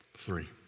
Three